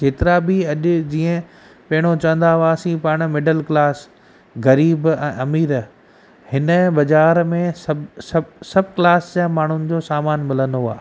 केतिरा बि अॼु जीअं पहिरियों चवंदा हुआसीं पाण मिडल क्लास ग़रीब ऐं अमीर हिन बाज़ारि में सभु सभु सभु क्लास जा माण्हुनि जो सामान मिलंदो आहे